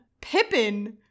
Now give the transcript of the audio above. Pippin